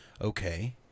okay